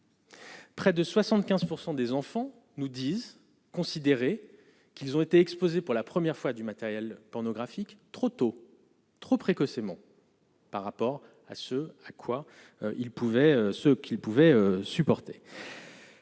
Près de 75 % des enfants nous disent considérer qu'ils ont été exposés pour la première fois du matériel pornographique trop tôt, trop précocement. Par rapport à ce à quoi il pouvait ce